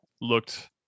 looked